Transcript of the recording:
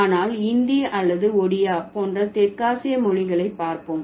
ஆனால் இந்தி அல்லது ஒடியா போன்ற தெற்காசிய மொழிகளை பார்ப்போம்